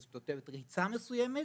תותבת ריצה מסוימת,